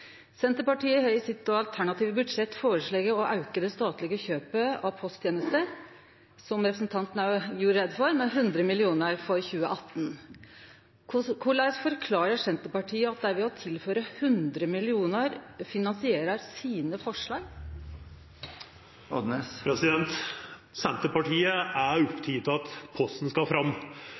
Senterpartiet har i sitt alternative budsjett føreslege å auke det statlege kjøpet av posttenester – som representanten òg gjorde greie for – med 100 mill. kr for 2018. Korleis forklarar Senterpartiet at dei ved å tilføre 100 mill. kr finansierer forslaga sine? Senterpartiet er oppteke av at posten skal fram,